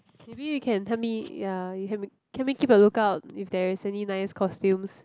maybe you can help me ya you help me keep a lookout if there is any nice costumes